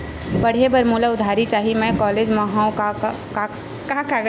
पढ़े बर मोला उधारी चाही मैं कॉलेज मा हव, का कागज लगही?